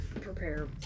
prepare